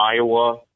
Iowa